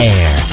Air